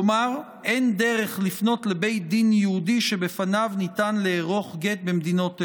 כלומר אין דרך לפנות לבית דין יהודי שבפניו ניתן לערוך גט במדינות אלו.